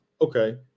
okay